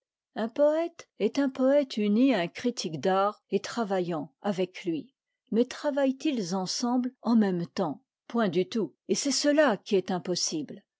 un poète est un poète uni à un critique d'art et travaillant avec lui mais travaillent ils ensemble en même temps point du tout et c'est cela qui est impossible